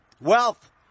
Wealth